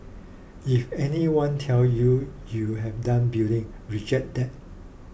if anyone tell you you have done building reject that